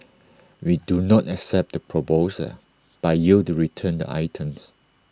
we do not accept the proposal by you to return the items